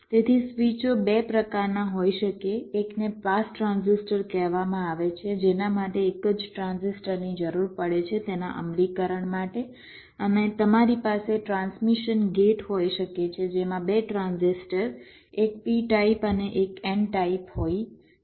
તેથી સ્વિચો 2 પ્રકારના હોઈ શકે છે એકને પાસ ટ્રાન્ઝિસ્ટર કહેવામાં આવે છે જેના માટે એક જ ટ્રાન્ઝિસ્ટરની જરૂર પડે છે તેના અમલીકરણ માટે અને તમારી પાસે ટ્રાન્સમિશન ગેટ હોઈ શકે છે જેમાં બે ટ્રાન્ઝિસ્ટર એક p ટાઇપ અને એક n ટાઇપ હોય છે